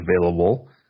available